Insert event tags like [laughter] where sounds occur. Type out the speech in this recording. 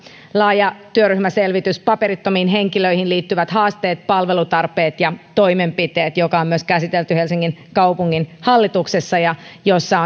laaja työryhmäselvitys paperittomiin henkilöihin liittyvät haasteet palvelutarpeet ja toimenpiteet joka on myös käsitelty helsingin kaupunginhallituksessa ja jossa [unintelligible]